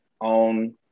on